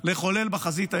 לחולל בחזית האזרחית,